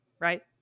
right